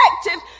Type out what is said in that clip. effective